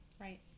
Right